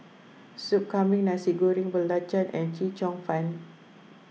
Sup Kambing Nasi Goreng Belacan and Chee Cheong Fun